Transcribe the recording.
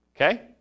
Okay